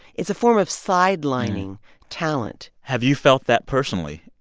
it's a form of sidelining talent have you felt that personally?